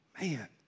Man